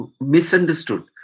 misunderstood